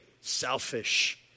selfish